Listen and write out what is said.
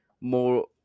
more